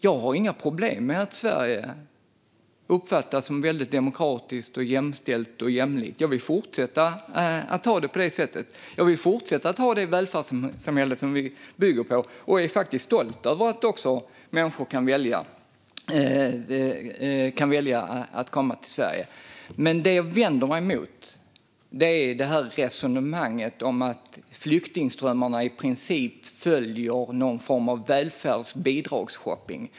Jag har inga problem med att Sverige uppfattas som väldigt demokratiskt, jämställt och jämlikt. Jag vill fortsätta att ha det på det sättet. Jag vill fortsätta att ha det välfärdssamhälle vi har och är stolt över att människor kan välja att komma till Sverige. Men det jag vänder mig mot är resonemanget att flyktingströmmarna i princip följer någon form av välfärds och bidragsshopping.